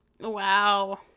Wow